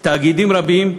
תאגידים רבים למכירה,